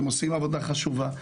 אתם עושים עבודה חשובה,